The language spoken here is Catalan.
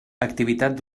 activitat